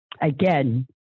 again